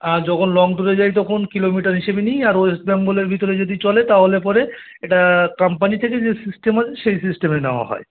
অ্যাঁ যখন লং ট্যুরে যাই তখন কিলোমিটার হিসেবে নিই আর ওয়েস্ট বেঙ্গলের ভিতরে যদি চলে তাহলে পরে এটা কাম্পানি থেকে যে সিস্টেম আছে সেই সিস্টেমে নেওয়া হয়